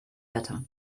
better